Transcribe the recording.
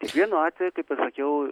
kiekvienu atveju kaip aš sakiau